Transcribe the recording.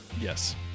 yes